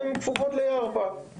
כפופים לירפא.